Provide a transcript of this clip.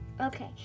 Okay